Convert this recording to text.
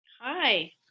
Hi